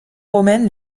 romaine